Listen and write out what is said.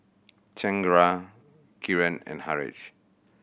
Chengara Kiran and Haresh